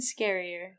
scarier